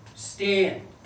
stand